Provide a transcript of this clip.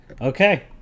Okay